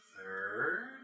Third